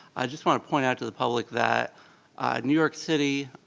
i just want to point out to the public that new york city,